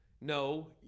no